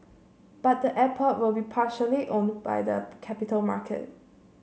but the airport will be partially owned by the capital market